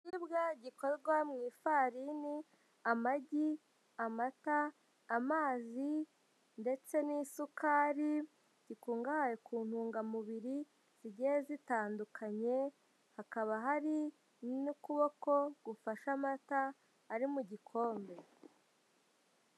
Ikiribwa gikorwa mu ifarini, amagi, amata, amazi ndetse n'isukari gikungahaye ku ntungamubiri zigiye zitandukanye, hakaba hari n'ukuboko gufashe amata ari mu gikombe.